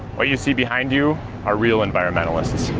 what you see behind you are real environmentalists.